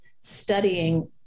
studying